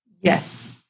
Yes